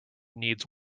needs